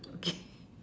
okay